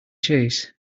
chase